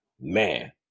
Man